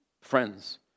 friends